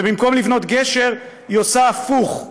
במקום לבנות גשר היא עושה הפוך.